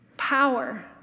Power